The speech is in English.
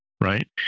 right